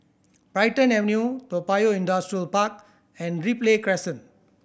Brighton Avenue Toa Payoh Industrial Park and Ripley Crescent